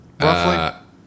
Roughly